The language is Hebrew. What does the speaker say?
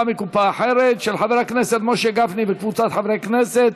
מקופה אחרת) של חבר הכנסת משה גפני וקבוצת חברי הכנסת.